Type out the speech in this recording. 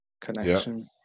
connection